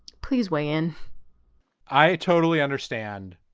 please weigh in i totally understand.